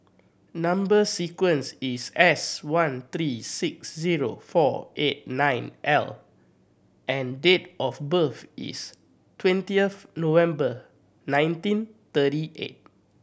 number sequence is S one three six zero four eight nine L and date of birth is twentieth November nineteen thirty eight